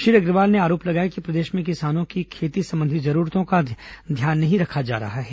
श्री अग्रवाल ने आरोप लगाया कि प्रदेश में किसानों की खेती संबंधी जरूरतों का ध्यान नहीं रखा जा रहा है